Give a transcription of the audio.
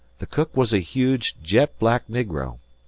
the cook was a huge, jet-black negro,